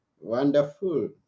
Wonderful